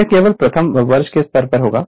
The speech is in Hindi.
यह केवल प्रथम वर्ष के स्तर पर होगा